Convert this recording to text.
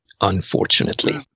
unfortunately